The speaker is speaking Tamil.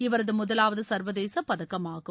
இவரது முதலாவது சா்வதேச பதக்கமாகும்